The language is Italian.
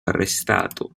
arrestato